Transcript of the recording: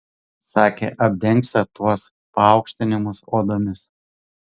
sakė apdengsią tuos paaukštinimus odomis